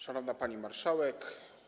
Szanowna Pani Marszałek!